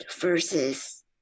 versus